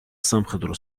სამხედრო